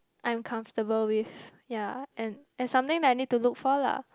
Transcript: I am comfortable with ya and and something that I need to look for lah